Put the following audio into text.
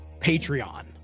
Patreon